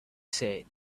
said